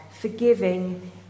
forgiving